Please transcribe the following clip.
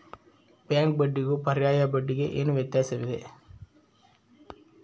Bank ಬಡ್ಡಿಗೂ ಪರ್ಯಾಯ ಬಡ್ಡಿಗೆ ಏನು ವ್ಯತ್ಯಾಸವಿದೆ?